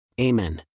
Amen